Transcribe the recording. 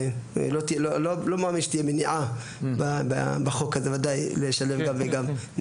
לא מאמין שתהיה מניעה בחוק הזה, ודאי לשלב גם וגם.